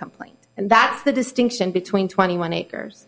complaint and that's the distinction between twenty one acres